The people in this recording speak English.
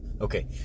Okay